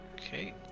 okay